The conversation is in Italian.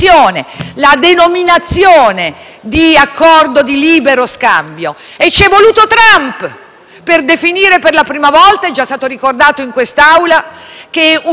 per definire per la prima volta - è già stato ricordato in quest'Aula - che uno scambio di libero commercio, prima di essere libero, deve essere giusto.